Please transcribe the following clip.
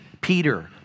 Peter